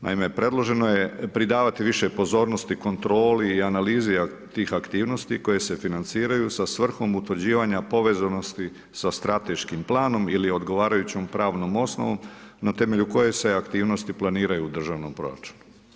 Naime, predloženo je pridavati više pozornosti kontroli i analizi tih aktivnosti koje se financiraju sa svrhom utvrđivanje povezanosti sa strateškim planom ili odgovarajućom pravnom osobom, na temelju koje se aktivnosti planiraju u državnom proračunu.